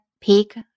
Peek